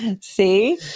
see